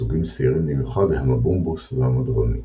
סוגים שעירים במיוחד הם הבומבוס והמדרונית.